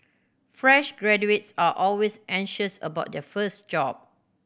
fresh graduates are always anxious about their first job